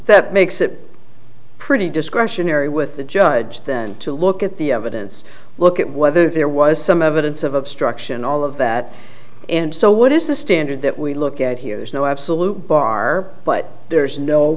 that makes it pretty discretionary with the judge then to look at the evidence look at whether there was some evidence of obstruction all of that and so what is the standard that we look at here there's no absolute bar but there's no